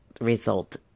result